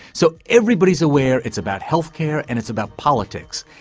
so everybody's aware it's about health care and it's about politics,